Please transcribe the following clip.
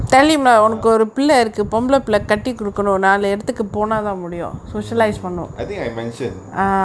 ah mm I think I mentioned